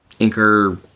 inker